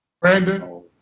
Brandon